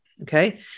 Okay